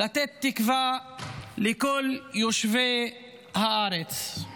לתת תקווה לכל יושבי הארץ.